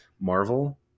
Marvel